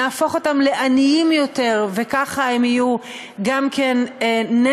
נהפוך אותם לעניים יותר וכך הם יהיו גם כן נטל,